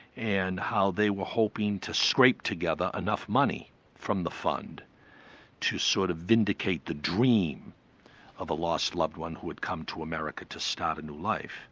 and how they were hoping to scrape together enough money from the fund to sort of vindicate the dream of a lost loved one who had come to america to start a new life.